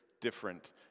different